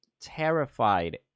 terrified